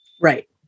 Right